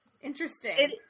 Interesting